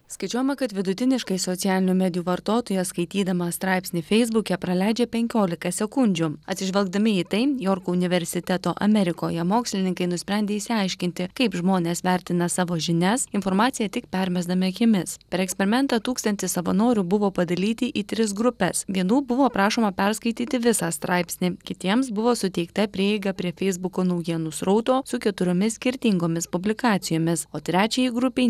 skaičiuojama kad vidutiniškai socialinių medijų vartotojas skaitydamas straipsnį feisbuke praleidžia penkiolika sekundžių atsižvelgdami į tai jorko universiteto amerikoje mokslininkai nusprendė išsiaiškinti kaip žmonės vertina savo žinias informaciją tik permesdami akimis per eksperimentą tūkstantis savanorių buvo padalyti į tris grupes vienų buvo prašoma perskaityti visą straipsnį kitiems buvo suteikta prieiga prie feisbuko naujienų srauto su keturiomis skirtingomis publikacijomis o trečiajai grupei